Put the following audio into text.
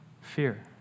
fear